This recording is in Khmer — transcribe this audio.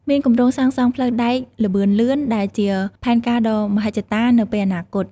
មានគម្រោងសាងសង់ផ្លូវដែកល្បឿនលឿនដែលជាផែនការដ៏មហិច្ឆតានៅពេលអនាគត។